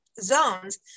zones